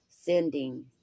sending